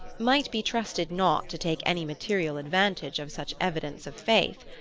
might be trusted not to take any material advantage of such evidence of faith.